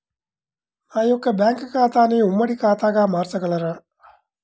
నా యొక్క బ్యాంకు ఖాతాని ఉమ్మడి ఖాతాగా మార్చగలరా?